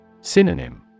Synonym